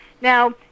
Now